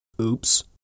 oops